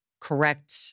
correct